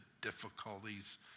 difficulties